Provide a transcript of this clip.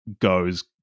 goes